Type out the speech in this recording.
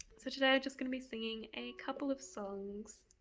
so today i'm just going to be singing a couple of songs.